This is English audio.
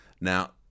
Now